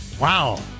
Wow